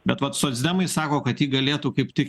bet vat socdemai sako kad ji galėtų kaip tik